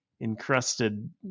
encrusted